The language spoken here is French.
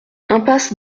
impasse